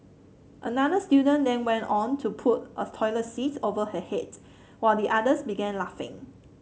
another student then went on to put a toilet seat over her head while the others began laughing